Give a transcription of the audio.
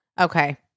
Okay